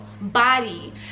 body